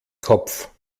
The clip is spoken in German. kopf